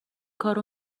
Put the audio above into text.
کارو